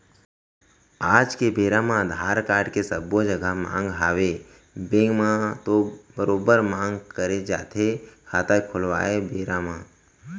आज के बेरा म अधार कारड के सब्बो जघा मांग हवय बेंक म तो बरोबर मांग करे जाथे खाता के खोलवाय बेरा म